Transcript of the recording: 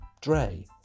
Dre